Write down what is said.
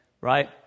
right